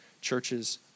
churches